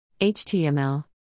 HTML